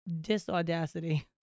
disaudacity